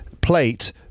plate